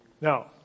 Now